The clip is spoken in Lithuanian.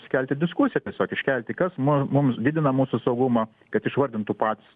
sukelti diskusiją tiesiog iškelti kas mu mums didina mūsų saugumą kad išvardintų patys